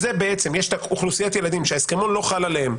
יש אוכלוסיית ילדים שההסכמון לא חל עליהם,